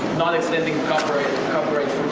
not extending copyrights